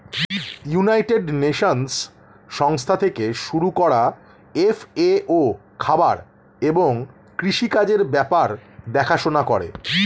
United nations সংস্থা থেকে শুরু করা এফ.এ.ও খাবার এবং কৃষি কাজের ব্যাপার দেখাশোনা করে